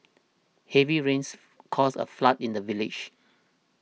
heavy rains caused a flood in the village